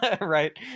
right